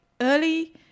early